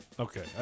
Okay